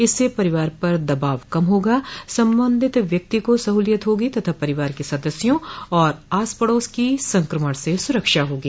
इससे परिवार पर दबाव कम होगा संबंधित व्यक्ति को सहूलियत होगी तथा परिवार के सदस्यों और आस पड़ोस की संक्रमण से सुरक्षा होगी